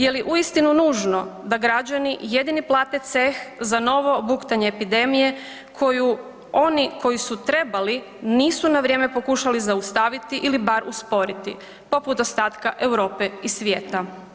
Je li uistinu nužno da građani jedini plate ceh za novo buktanje epidemije koju oni koji su trebali nisu na vrijeme pokušali zaustaviti ili bar usporiti poput ostatka Europe i svijeta?